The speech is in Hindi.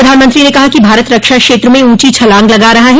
प्रधानमंत्री ने कहा कि भारत रक्षा क्षेत्र में ऊंची छलांग लगा रहा है